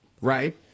right